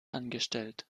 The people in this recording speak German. angestellt